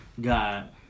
God